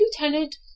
lieutenant